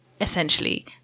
essentially